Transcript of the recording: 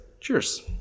cheers